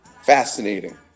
Fascinating